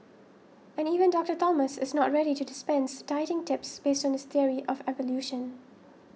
and even Doctor Thomas is not ready to dispense dieting tips based on this theory of evolution